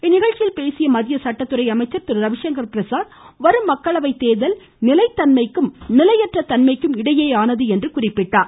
இந்நிகழ்ச்சியில் பேசிய மத்திய சட்டத்துறை அமைச்சர் திருரவிசங்கர் பிரசாத் வரும் மக்களவைத் தேர்தல் நிலைத்தன்மைக்கும் நிலையற்ற தன்மைக்கும் இடையேயானது என்று குறிப்பிட்டார்